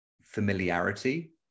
familiarity